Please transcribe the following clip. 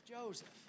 Joseph